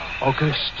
August